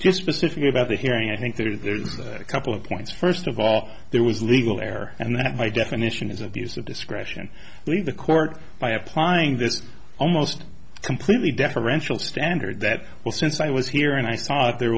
just specifically about the hearing i think there's a couple of points first of all there was legal air and that by definition is abuse of discretion leave the court by applying this almost completely deferential standard that well since i was here and i thought there